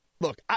Look